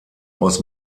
aus